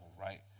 right